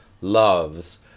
loves